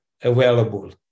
available